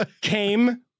came